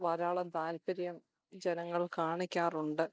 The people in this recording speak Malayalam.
ധാരാളം താല്പര്യം ജനങ്ങൾ കാണിക്കാറുണ്ട്